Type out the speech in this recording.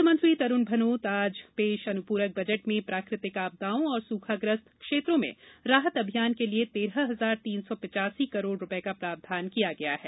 वित्त मंत्री तरुण भनोत द्वारा पेश अनुपूरक बजट में प्राकृतिक आपदाओं और सुखाग्रस्त क्षेत्रों में राहत अभियान के लिए तेरह हजार तीन सौ पिचासी करोड़ रुपये का प्रावधान किया गया है